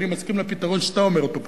אני מסכים לפתרון שאתה אומר אותו פה,